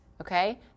okay